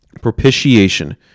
propitiation